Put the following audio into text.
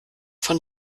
von